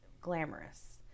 glamorous